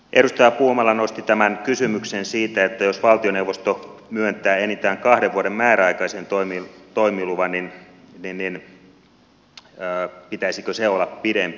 edustaja puumala nosti kysymyksen siitä että jos valtioneuvosto myöntää enintään kahden vuoden määräaikaisen toimiluvan niin pitäisikö sen olla pidempi